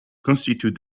constitute